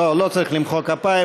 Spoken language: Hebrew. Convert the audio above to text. לא צריך למחוא כפיים.